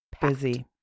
busy